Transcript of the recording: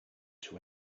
two